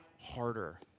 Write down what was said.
harder